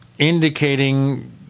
indicating